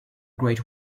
great